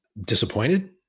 disappointed